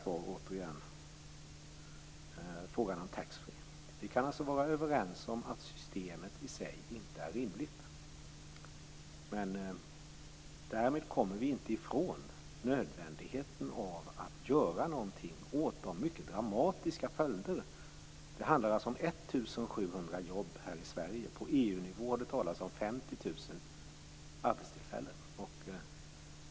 Vi kan vara överens om att taxfreesystemet inte är rimligt. Med därmed kommer vi inte ifrån nödvändigheten av att göra någonting åt de dramatiska följderna. Det handlar om 1 700 jobb i Sverige. På EU-nivå har det talats om 50 000 arbetstillfällen.